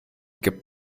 gibt